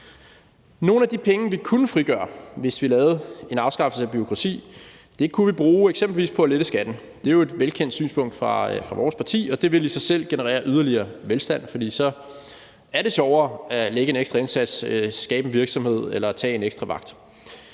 Nogle af de penge, vi kunne frigøre, hvis vi lavede en afskaffelse af bureaukrati, kunne vi bruge på eksempelvis at lette skatten. Det er jo velkendt synspunkt fra vores parti, og det ville i sig selv generere yderligere velstand, for så er det sjovere at yde en ekstra indsats, skabe en virksomhed eller tage en ekstra vagt,